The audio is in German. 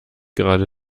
gerade